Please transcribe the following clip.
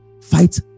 Fight